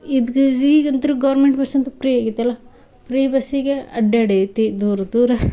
ಇದ್ಕೆ ಈಗಂತೂ government bus ಅಂತೂ ಪ್ರೀ ಆಗೈತೆಲ್ಲ ಪ್ರೀ ಬಸ್ಸಿಗೆ ಅಡ್ಡಾಡೈತಿ ದೂರ ದೂರ